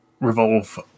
revolve